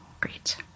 Great